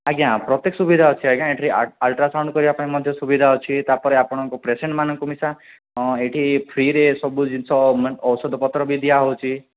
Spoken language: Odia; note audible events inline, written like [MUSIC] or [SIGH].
ଆଜ୍ଞା ପ୍ରତ୍ୟେକ ସୁବିଧା ଅଛି ଆଜ୍ଞା ଏଇଠି [UNINTELLIGIBLE] ଆଲଟ୍ରାସାଉଣ୍ଡ୍ କରିବା ପାଇଁ ମଧ୍ୟ ସୁବିଧା ଅଛି ତା'ପରେ ଆପଣଙ୍କୁ ପେସେଣ୍ଟ୍ ମାନଙ୍କୁ [UNINTELLIGIBLE] ଏଇଠି ଫ୍ରିରେ ସବୁ ଜିନିଷ ମାନେ ଔଷଧପତ୍ର ବି ଦିଆହେଉଛି